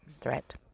threat